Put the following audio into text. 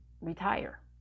retire